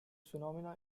phenomenon